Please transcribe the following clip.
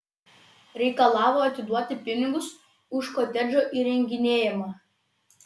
reikalavo atiduoti pinigus už kotedžo įrenginėjimą